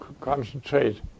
concentrate